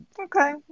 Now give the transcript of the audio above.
okay